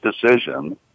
decision